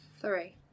Three